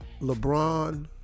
LeBron